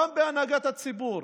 גם בהנהגת הציבור?